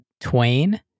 Twain